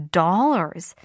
dollars